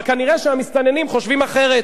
אבל כנראה המסתננים חושבים אחרת.